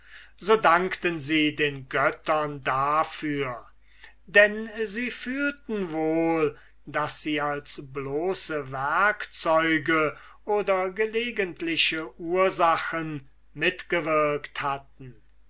dankten sie den göttern dafür denn sie fühlten wohl daß sie als bloße werkzeuge oder gelegentliche ursachen mitgewirkt hatten